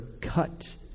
cut